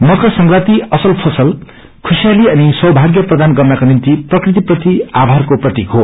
मकर संक्रान्ति असल ्रसल खुशियाली अनि सौभाग्य प्रदान गत्रका निम्ति प्रकृति प्रति आभारको प्रतिक हो